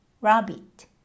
rabbit